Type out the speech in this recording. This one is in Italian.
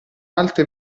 alto